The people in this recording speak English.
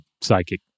psychic